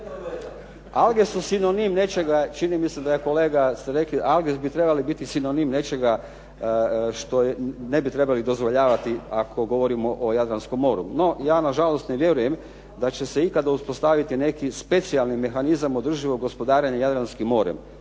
Alge su sinonim nečega, čini mi se da je kolega ste rekli alge bi trebale biti sinonim nečega što ne bi trebali dozvoljavati ako govorimo o Jadranskom moru, no ja nažalost ne vjerujem da će se ikada uspostaviti neki specijalni mehanizam održivog gospodarenja Jadranskim morem,